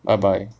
bye bye